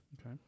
Okay